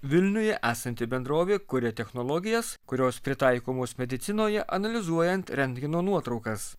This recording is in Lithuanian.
vilniuje esanti bendrovė kuria technologijas kurios pritaikomos medicinoje analizuojant rentgeno nuotraukas